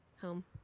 home